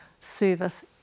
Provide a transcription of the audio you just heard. service